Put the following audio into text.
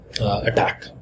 attack